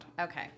Okay